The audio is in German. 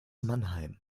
mannheim